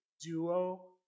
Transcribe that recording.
duo